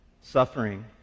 Suffering